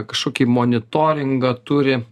kažkokį monitoringą turi